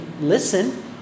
listen